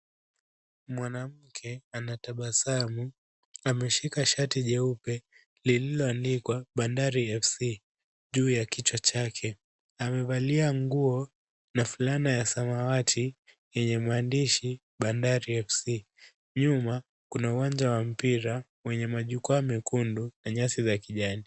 Mwanamke anatabasamu. Ameshika shati jeupe lililoandikwa Bandari FC juu ya kichwa chake. Amevalia nguo na fulana ya samawati yenye maandishi Bandari FC. Nyuma kuna uwanja wa mpira wenye majukwaa mekundu na nyasi za kijani.